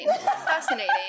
Fascinating